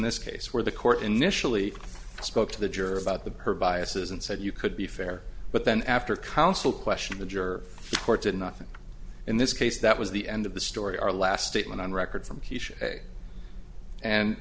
this case where the court initially spoke to the juror about the her biases and said you could be fair but then after counsel question the juror court did nothing in this case that was the end of the story our last statement on record from